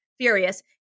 furious